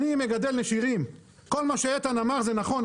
אני מגדל נשירים, כל מה שאיתן אמר זה נכון.